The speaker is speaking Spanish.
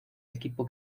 equipo